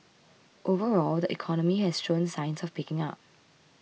overall the economy has shown signs of picking up